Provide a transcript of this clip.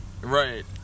Right